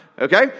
Okay